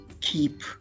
keep